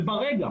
ברגע